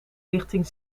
richting